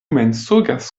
mensogas